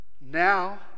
now